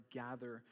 gather